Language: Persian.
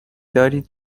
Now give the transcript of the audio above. دارید